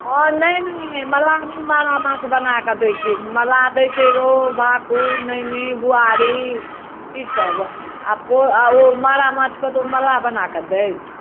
हँ नहि नहि मल्लाह नहि मारा माछ बनाके दय छै मल्लाह दय छै रोहु भाकुर नैनी बुआरी ई सब आ ओ ओ मारा माछ कतहुँ मल्लाह बनाके दैत